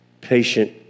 patient